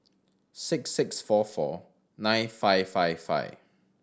six six four four nine five five five